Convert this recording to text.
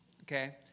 Okay